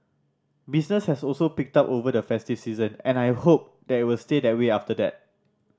business has also picked up over the festive season and I hope that will stay that way after that